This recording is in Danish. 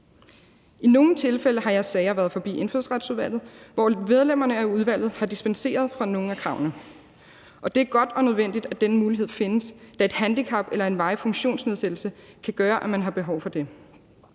I nogle tilfælde har jeres sager været forbi Indfødsretsudvalget, hvor medlemmerne af udvalget har dispenseret fra nogle af kravene, og det er godt og nødvendigt, at denne mulighed findes, da et handicap eller en varig funktionsnedsættelse kan gøre, at man har behov for det.